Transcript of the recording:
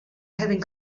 having